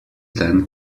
then